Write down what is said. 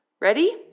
Ready